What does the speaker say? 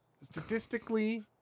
statistically